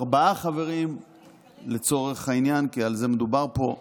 ארבעה חברים לצורך העניין, כי על זה מדובר פה,